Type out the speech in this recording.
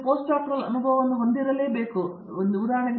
postdoctoral ಅನುಭವವನ್ನು ನೀವು ಹೊಂದಿರಬೇಕು ಎಂದು ನಾನು ಭಾವಿಸುತ್ತೇನೆ